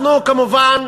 אנחנו, כמובן,